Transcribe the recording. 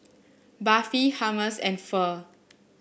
Barfi Hummus and Pho